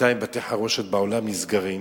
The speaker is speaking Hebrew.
בינתיים בתי-חרושת בעולם נסגרים,